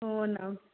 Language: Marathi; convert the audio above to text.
हो ना